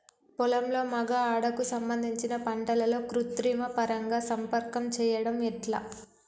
పొలంలో మగ ఆడ కు సంబంధించిన పంటలలో కృత్రిమ పరంగా సంపర్కం చెయ్యడం ఎట్ల?